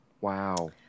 Wow